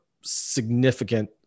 significant